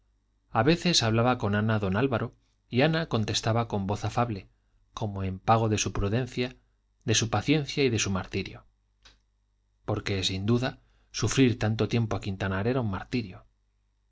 a veces hablaba con ana don álvaro y ana contestaba con voz afable como en pago de su prudencia de su paciencia y de su martirio porque sin duda sufrir tanto tiempo a quintanar era un martirio